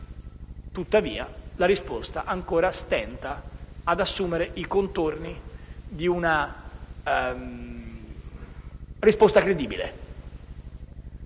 Tuttavia, la risposta ancora stenta ad assumere i contorni di una risposta credibile.